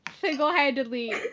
single-handedly